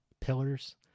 pillars